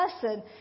person